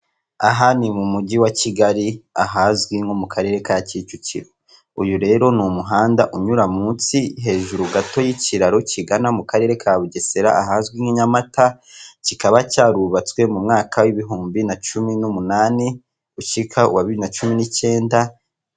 Aha ni mu mujyi wa Kigali ahazwi nko mu karere ka Kicukiro, uyu rero ni umuhanda unyura munsi hejuru gato y'ikiraro kigana mu karere ka Bugesera ahazwi nk'i Nyamata kikaba cyarubatswe mu mwaka w'ibihumbi na cumi n'umunani ushyika uwa bibiri na cumi n'icyenda.